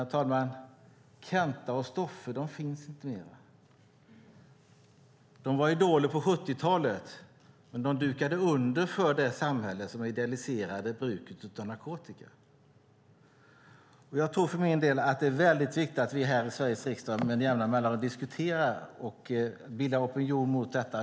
Kenta och Stoffe finns inte mer. De var idoler på 70-talet, men de dukade under för det samhälle som idealiserade bruket av narkotika. Jag tror för min del att det är väldigt viktigt att vi här i Sveriges riksdag med jämna mellanrum diskuterar och bildar opinion mot detta.